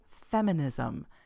feminism